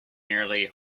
nearly